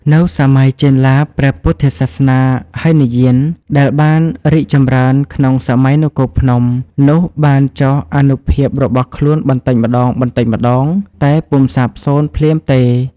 នៅសម័យចេនឡា ព្រះពុទ្ធសាសនាហិនយានដែលបានរីកចម្រើនក្នុងសម័យនគរភ្នំ នោះបានចុះអានុភាពរបស់ខ្លួនបន្តិចម្តងៗតែពុំសាបសូន្យភ្លាមទេ។